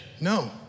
No